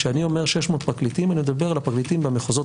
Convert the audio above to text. כשאני אומר 600 פרקליטים אני מדבר עם הפרקליטים במחוזות